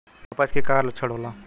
अपच के का लक्षण होला?